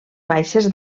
baixes